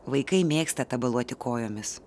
vaikai mėgsta tabaluoti kojomis